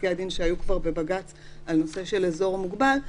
בפסקי הדין שהיו כבר בבג"ץ על נושא של אזור מוגבל,